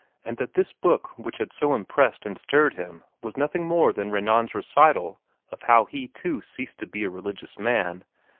and that this book which had so impressed and stirred him was nothing more than renan's recital of how he, too, ceased to be a religious man,